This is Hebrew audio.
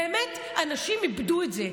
באמת, אנשים איבדו את זה.